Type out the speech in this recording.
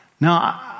Now